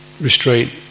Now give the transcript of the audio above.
restraint